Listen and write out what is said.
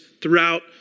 throughout